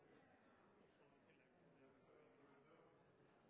i samme retning. Det